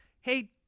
hey